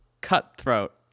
cutthroat